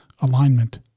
alignment